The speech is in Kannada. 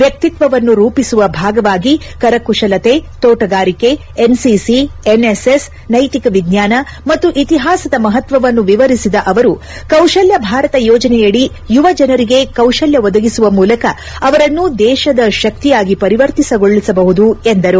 ವ್ಯಕ್ತಿತ್ವವನ್ನು ರೂಪಿಸುವ ಭಾಗವಾಗಿ ಕರಕುಶಲತೆ ತೋಟಗಾರಿಕೆ ಎನ್ಸಿಸಿ ಎನ್ಎಸ್ಎಸ್ ನೈತಿಕ ವಿಜ್ಞಾನ ಮತ್ತು ಇತಿಹಾಸದ ಮಹತ್ತವನ್ನು ವಿವರಿಸಿದ ಅವರು ಕೌಶಲ್ಯ ಭಾರತ ಯೋಜನೆಯಡಿ ಯುವ ಜನರಿಗೆ ಕೌಶಲ್ಯ ಒದಗಿಸುವ ಮೂಲಕ ಅವರನ್ನು ದೇಶದ ಶಕ್ತಿಯಾಗಿ ಪರಿವರ್ತಿಸಿಕೊಳ್ಟಬಹುದು ಎಂದರು